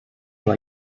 alla